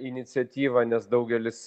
iniciatyvą nes daugelis